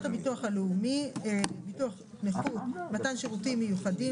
הביטוח הלאומי (ביטוח נכות) (מתן שירותים מיוחדים),